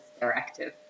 Directive